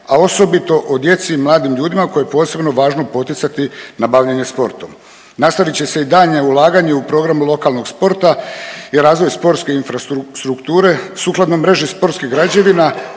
a osobito o djeci i mladim ljudima koje je posebno važno poticati na bavljenje sportom. Nastavit će se i daljnje ulaganje u programu lokalnog sporta i razvoju sportske infrastrukture sukladno mreži sportskih građevina